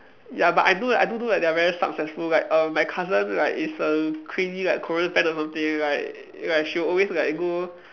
ya but I know that I do do that they are very successful like err my cousin like is a crazy like Korean fan or something like like she will always like go